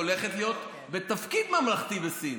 הולכת להיות בתפקיד ממלכתי בסין.